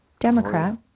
Democrat